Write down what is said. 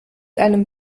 einem